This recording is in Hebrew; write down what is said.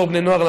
בתור בני נוער,